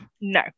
no